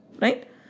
Right